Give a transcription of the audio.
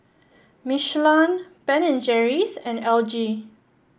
Michelin Ben and Jerry's and L G